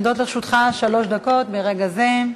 עומדות לרשותך שלוש דקות מרגע זה.